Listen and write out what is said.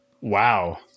Wow